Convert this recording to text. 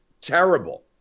terrible